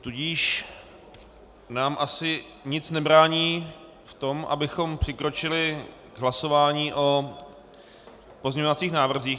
Tudíž nám asi nic nebrání v tom, abychom přikročili k hlasování o pozměňovacích návrzích.